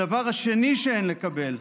הדבר השני שאין לקבל,